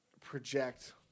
project